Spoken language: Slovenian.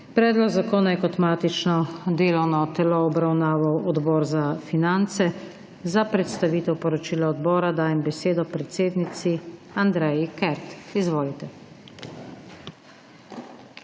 Predlog zakona je kot matično delovno telo obravnaval Odbor za finance. Za predstavitev poročila odbora dajem besedo predsednici Andreji Kert. Izvolite.